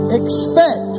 expect